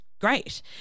great